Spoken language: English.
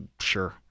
Sure